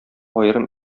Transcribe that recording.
аерым